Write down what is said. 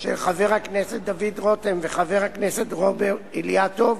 של חבר הכנסת דוד רותם וחבר הכנסת רוברט אילטוב